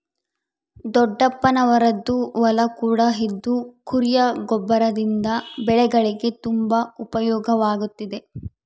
ದೊಡ್ಡಪ್ಪನವರದ್ದು ಹೊಲ ಕೂಡ ಇದ್ದು ಕುರಿಯ ಗೊಬ್ಬರದಿಂದ ಬೆಳೆಗಳಿಗೆ ತುಂಬಾ ಉಪಯೋಗವಾಗುತ್ತಿದೆ